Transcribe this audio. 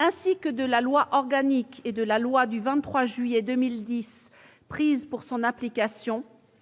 ainsi que de la loi organique n° 2010-837 et de la loi n° 2010-838 du 23 juillet 2010 prises pour son application,